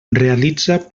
realitza